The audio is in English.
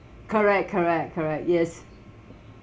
correct correct correct yes